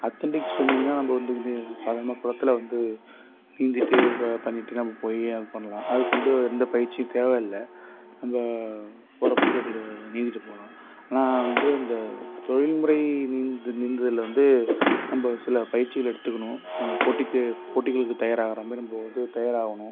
authentic ஸ்விம்மிங்னால் நம்ம வந்து இது சாதாரணமாக குளத்துல வந்து நீந்திவிட்டு பண்ணிவிட்டு நம்ம போய் அது பண்ணலாம் அதுக்கு வந்து எந்தப் பயிற்சியும் தேவையில்ல நம்ம போகிற போக்கில் கொஞ்சம் நீந்திகிட்டுப் போகலாம் ஆனால் வந்து இந்த தொழில்முறை நீந்து நீந்துதலை வந்து நம்ம சில பயிற்சிகளை எடுத்துக்கணும் போட்டிக்கு போட்டிகளுக்குத் தயார் ஆகிற மாதிரி நம்ம வந்து தயாராகணும்